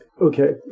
Okay